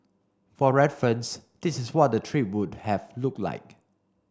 for reference this is what the trip would have looked like